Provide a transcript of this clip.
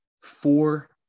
four